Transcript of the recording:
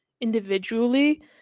individually